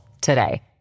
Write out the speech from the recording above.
today